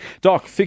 Doc